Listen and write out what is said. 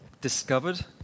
discovered